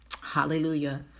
Hallelujah